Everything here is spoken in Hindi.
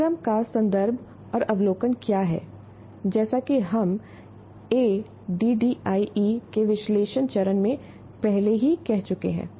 पाठ्यक्रम का संदर्भ और अवलोकन क्या है जैसा कि हम एडीडीआईई के विश्लेषण चरण में पहले ही कह चुके हैं